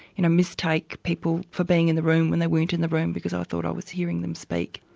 you know, mistake people for being in the room when they weren't in the room because i thought i was hearing them speak.